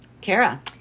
Kara